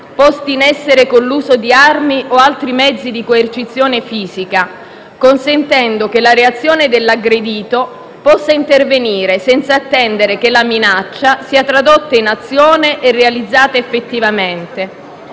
posti in essere con l'uso di armi o altri mezzi di coercizione fisica, consentendo che la reazione dell'aggredito possa intervenire, senza attendere che la minaccia sia tradotta in azione e realizzata effettivamente,